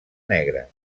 negres